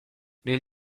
nel